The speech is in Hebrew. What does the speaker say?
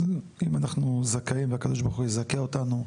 אז אם אנחנו זכאים והקדוש ברוך הוא יזכה אותנו,